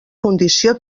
condició